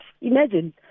imagine